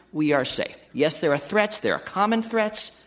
we are safe. yes, there are threats. there are common threats.